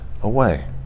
away